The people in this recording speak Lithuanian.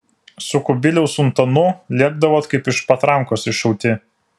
su kubiliaus untanu lėkdavot kaip iš patrankos iššauti